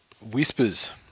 Whispers